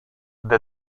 the